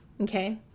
Okay